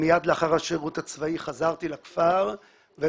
מיד לאחר השירות הצבאי חזרתי לכפר ומאז